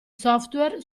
software